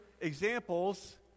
examples